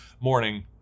morning